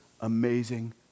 amazing